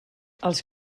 els